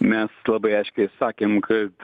mes labai aiškiai sakėm kad